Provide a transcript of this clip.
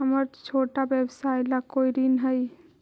हमर छोटा व्यवसाय ला कोई ऋण हई?